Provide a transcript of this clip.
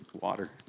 water